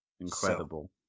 incredible